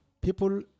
people